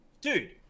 Dude